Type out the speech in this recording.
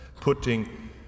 putting